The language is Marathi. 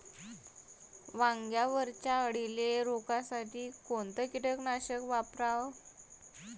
वांग्यावरच्या अळीले रोकासाठी कोनतं कीटकनाशक वापराव?